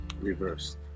reversed